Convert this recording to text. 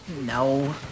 No